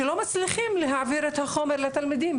שלא מצליחים להעביר את החומר לתלמידים,